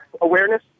awareness